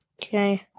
okay